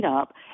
up